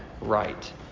Right